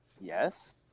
Yes